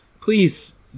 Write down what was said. please